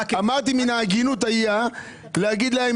אמרתי מן ההגינות היה להגיד להם,